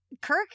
Kirk